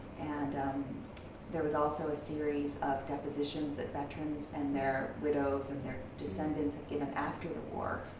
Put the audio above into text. and there was also a series of depositions that veterans and their widows and their descendants had given after the war.